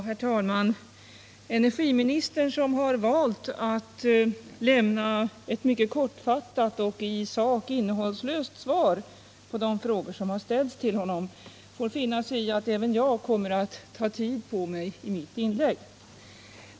Herr talman! Energiministern, som har valt att lämna ett mycket kortfattat och i sak innehållslöst svar på de frågor som har ställts till honom, får finna sig i att även jag kommer att ta tid på mig i mitt inlägg.